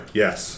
yes